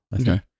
Okay